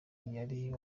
wari